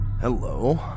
Hello